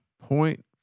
point